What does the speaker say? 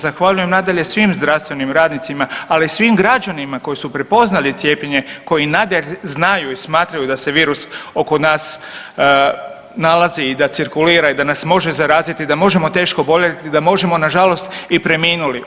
Zahvaljujem nadalje svim zdravstvenim radnicima, ali i svim građanima koji su prepoznali cijepljenje koji znaju i smatraju da se virus oko nas nalazi i da cirkulira i da nas može zaraziti i da može teško oboljeti i da možemo nažalost i preminuti.